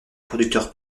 producteur